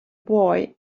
boy